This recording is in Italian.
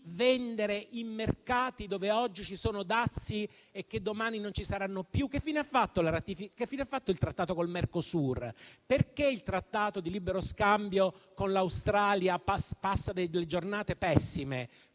vendere in mercati dove oggi ci sono dazi e che domani non ci saranno più. Che fine ha fatto il trattato con il Mercosur? Perché il trattato di libero scambio con l'Australia passa delle giornate pessime?